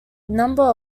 number